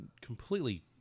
completely